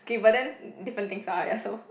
okay but then different things ah ya so